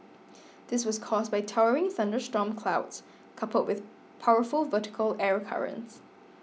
this was caused by towering thunderstorm clouds coupled with powerful vertical air currents